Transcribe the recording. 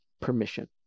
permission